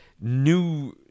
new